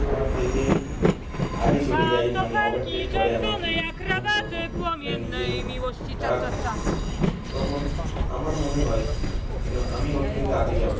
আমার থেকে আগে চলে যায় মানে ওভারটেক করে আমাকে আমার তখন মানে নিজের রাগ হয় তখন আমার মনে হয় যেন আমি ওর থেকে আগে যাব